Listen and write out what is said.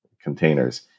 containers